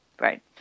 Right